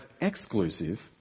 exclusive